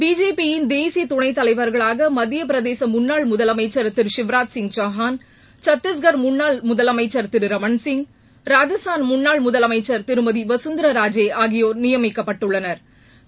BJP யிள் தேசிய துணைத்தலைவா்களாக மத்திய பிரதேச முன்னாள் முதலமைச்சர் திரு சிவராஜ்சிங் சவுகான் சத்திஷ்கர் முன்னாள் முதலமைச்சர் திரு ரமண்சிங் ராஜஸ்தாள் முன்னாள் முதலமைச்சா் திருமதி வசுந்தரராஜே ஆகியோா் நியமிக்கப்பட்டுள்ளனா்